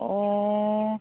अ